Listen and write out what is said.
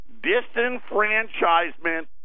disenfranchisement